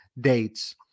dates